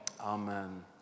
Amen